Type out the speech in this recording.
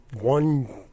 one